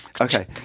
Okay